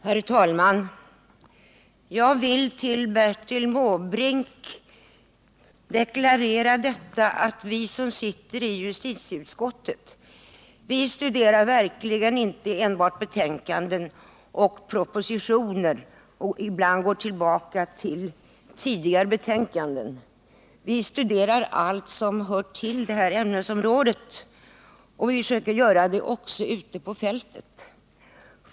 Herr talman! Jag vill deklarera, Bertil Måbrink, att vi som sitter i justitieutskottet verkligen inte enbart studerar betänkanden och propositioner och ibland går tillbaka till tidigare betänkanden. Vi studerar allt som hör till ämnet, och vi försöker göra det också ute på fältet.